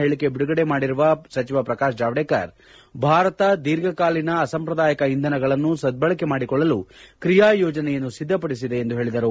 ಹೇಳಕೆ ಬಿಡುಗಡೆ ಮಾಡಿರುವ ಸಚಿವ ಪ್ರಕಾಶ್ ಜಾವ್ದೇಕರ್ ಭಾರತ ದೀರ್ಘಕಾಲಿನ ಅಸಂಪ್ರದಾಯಿಕ ಇಂಧನಗಳನ್ನು ಸದ್ದಳಕೆ ಮಾಡಿಕೊಳ್ಳಲು ಕ್ರಿಯಾ ಯೋಜನೆಯನ್ನು ಸಿದ್ದಪಡಿಸಿದೆ ಎಂದು ಹೇಳಿದರು